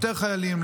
יותר חיילים,